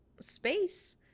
space